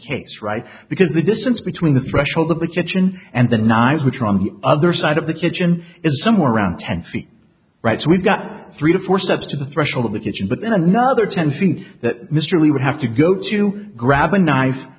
case right because the distance between the threshold of the kitchen and the knives which are on the other side of the kitchen is somewhere around ten feet right so we've got three to four steps to the threshold of the kitchen but there's another ten feet that mr lee would have to go to grab a knife